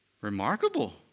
Remarkable